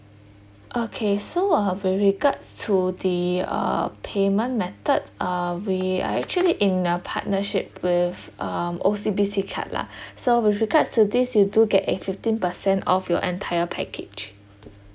okay so uh with regards to the um payment method uh we are actually in a partnership with um O_C_B_C card lah so with regards to this you do get a fifteen percent off your entire package